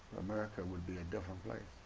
america would be a different place,